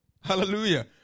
Hallelujah